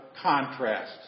contrasts